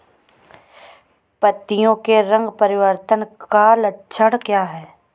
पत्तियों के रंग परिवर्तन का लक्षण क्या है?